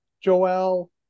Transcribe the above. Joel